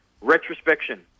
Retrospection